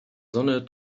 sonne